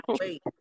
wait